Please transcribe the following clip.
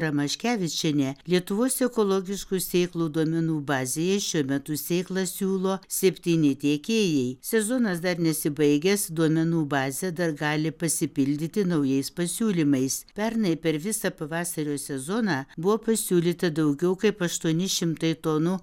ramaškevičienė lietuvos ekologiškų sėklų duomenų bazėje šiuo metu sėklas siūlo septyni tiekėjai sezonas dar nesibaigęs duomenų bazė dar gali pasipildyti naujais pasiūlymais pernai per visą pavasario sezoną buvo pasiūlyta daugiau kaip aštuoni šimtai tonų